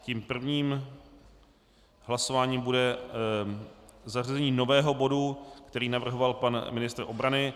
Tím prvním hlasováním bude zařazení nového bodu, který navrhoval pan ministr obrany.